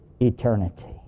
eternity